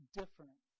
different